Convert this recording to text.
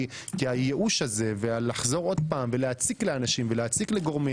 כי הייאוש הזה ולחזור עוד פעם ולהציק לאנשים ולגורמים